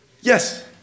Yes